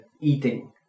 eating